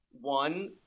one